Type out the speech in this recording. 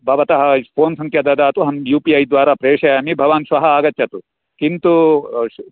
भवतः फो़न् सङ्ख्या ददातु अहं यु पि ऐ द्वारा प्रेषयामि भवान् श्वः आगच्छतु किन्तु